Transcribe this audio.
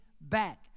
back